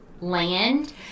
land